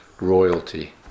royalty